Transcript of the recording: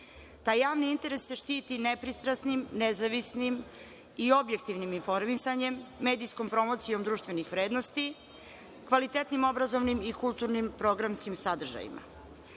Taj javni interes se štiti nepristrasnim, nezavisnim i objektivnim informisanjem, medijskom promocijom društvenih vrednosti, kvalitetnim obrazovnim i kulturnim programskim sadržajima.